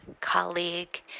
colleague